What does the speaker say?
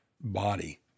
body